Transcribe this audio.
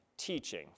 teaching